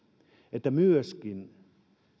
että myöskin